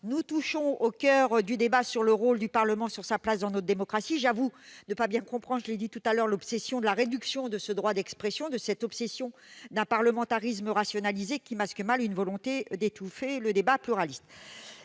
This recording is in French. nous touchons au coeur du débat sur le rôle du Parlement et sa place dans notre démocratie. J'avoue ne pas bien comprendre- je l'ai déjà indiqué -l'obsession de la réduction de ce droit d'expression. Cette obsession d'un parlementarisme rationalisé masque mal une volonté d'étouffer le débat pluraliste